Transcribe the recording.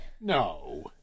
No